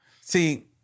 See